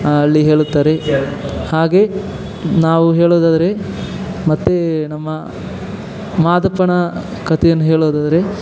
ಅಲ್ಲಿ ಹೇಳುತ್ತಾರೆ ಹಾಗೇ ನಾವು ಹೇಳುವುದಾರೆ ಮತ್ತು ನಮ್ಮ ಮಾದಪ್ಪನ ಕಥೆಯನ್ನು ಹೇಳುವುದಾದರೆ